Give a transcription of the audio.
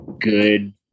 Good